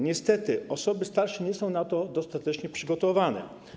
Niestety osoby starsze nie są na to dostatecznie przygotowane.